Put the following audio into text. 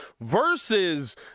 versus